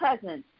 presence